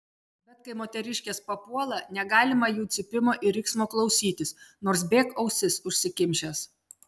bet kai moteriškės papuola negalima jų cypimo ir riksmo klausytis nors bėk ausis užsikimšęs